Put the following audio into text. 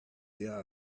there